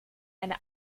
eine